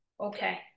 Okay